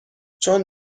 چون